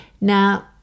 Now